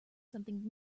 something